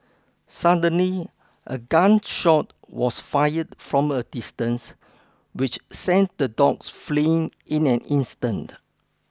suddenly a gun shot was fired from a distance which sent the dogs fleeing in an instant